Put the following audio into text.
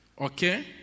Okay